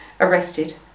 arrested